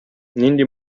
нинди